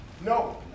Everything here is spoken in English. No